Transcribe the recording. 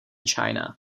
china